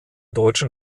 deutschen